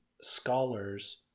scholars